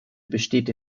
besteht